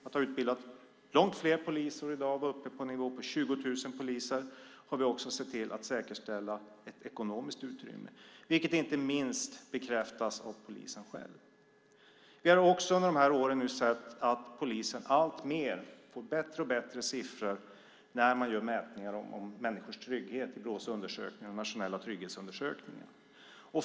Vi har utbildat långt fler poliser och är i dag uppe på en nivå på 20 000 poliser. Vi har också sett till att säkerställa ett ekonomiskt utrymme, vilket inte minst bekräftas av polisen själv. Vi har också under de här åren sett att polisen får allt bättre siffror när man gör mätningar om människors trygghet, till exempel i Brås undersökning, Nationella trygghetsundersökningen.